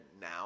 now